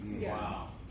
Wow